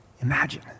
imagine